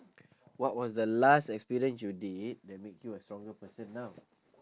what was the last experience you did that make you a stronger person now